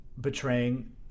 betraying